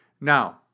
Now